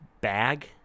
Bag